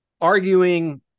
arguing